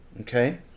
okay